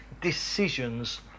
decisions